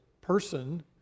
person